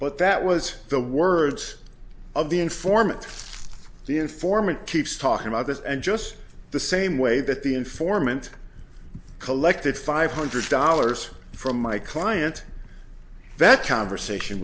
but that was the words of the informant the informant keeps talking about this and just the same way that the informant collected five hundred dollars from my client that conversation